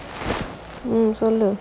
mm சொல்லு:sollu